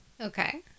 Okay